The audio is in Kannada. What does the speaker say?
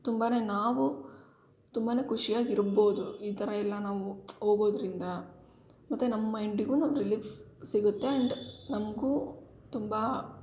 ತುಂಬಾ ನಾವು ತುಂಬ ಖುಷಿಯಾಗಿರ್ಬೋದು ಈ ಥರ ಎಲ್ಲ ನಾವು ಹೋಗೋದ್ರಿಂದ ಮತ್ತು ನಮ್ಮ ಮೈಂಡಿಗು ರಿಲೀಫ್ ಸಿಗುತ್ತೆ ಆ್ಯಂಡ್ ನಮಗೂ ತುಂಬ